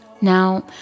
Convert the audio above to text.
Now